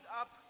up